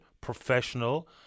professional